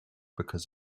because